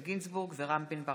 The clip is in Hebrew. תודה.